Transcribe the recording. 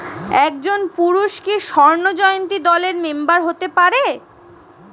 একজন পুরুষ কি স্বর্ণ জয়ন্তী দলের মেম্বার হতে পারে?